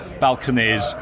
balconies